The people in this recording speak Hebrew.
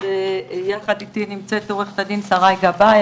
יחד איתי נמצאתי עו"ד שריי גבאי,